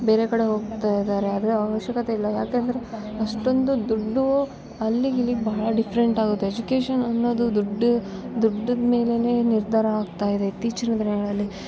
ಬೇರೆ ಕಡೆ ಹೋಗ್ತಾಯಿದಾರೆ ಅದರ ಅವಶ್ಯಕತೆಯಿಲ್ಲ ಯಾಕೆ ಅಂದರೆ ಅಷ್ಟೊಂದು ದುಡ್ಡು ಅಲ್ಲಿಗಿಲ್ಲಿಗೆ ಭಾಳ್ ಡಿಫ್ರೆಂಟ್ ಆಗುತ್ತೆ ಎಜುಕೇಷನ್ ಅನ್ನೋದು ದುಡ್ಡು ದುಡ್ಡು ಮೇಲೆನೇ ನಿರ್ಧಾರ ಆಗ್ತಾಯಿದೆ ಇತ್ತೀಚಿನ ದಿನಗಳಲ್ಲಿ